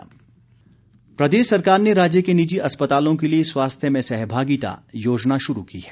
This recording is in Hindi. स्वास्थ्य योजना प्रदेश सरकार ने राज्य के निजी अस्पतालों के लिए स्वास्थ्य में सहभागिता योजना शुरू की है